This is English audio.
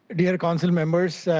dear councilmembers,